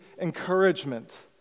encouragement